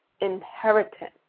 inheritance